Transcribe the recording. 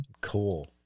Cool